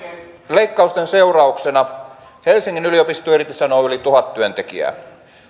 leikkausten seurauksena helsingin yliopisto irtisanoo yli tuhat työntekijää